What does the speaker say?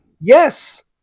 Yes